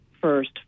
first